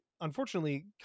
unfortunately